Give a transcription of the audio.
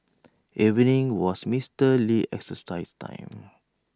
evening was Mister Lee's exercise time